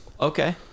Okay